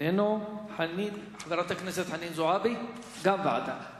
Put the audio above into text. אינו נוכח, חברת הכנסת חנין זועבי, ועדה.